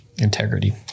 integrity